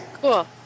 Cool